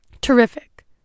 terrific